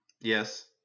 Yes